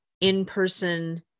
in-person